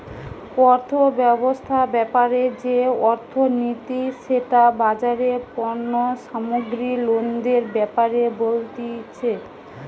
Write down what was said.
অর্থব্যবস্থা ব্যাপারে যে অর্থনীতি সেটা বাজারে পণ্য সামগ্রী লেনদেনের ব্যাপারে বলতিছে